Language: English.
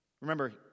Remember